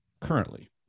currently